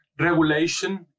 Regulation